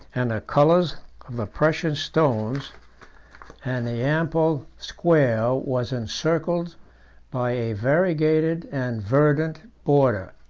and the colors of the precious stones and the ample square was encircled by a variegated and verdant border.